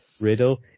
riddle